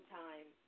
time